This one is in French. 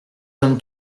hommes